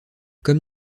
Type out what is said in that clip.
comme